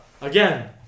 Again